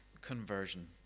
conversion